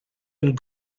and